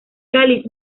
cáliz